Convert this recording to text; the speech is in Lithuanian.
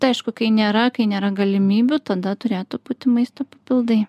tai aišku kai nėra kai nėra galimybių tada turėtų būti maisto papildai